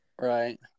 Right